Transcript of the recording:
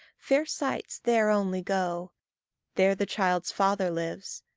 fair sights there only go there the child's father lives,